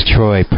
Troy